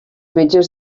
metges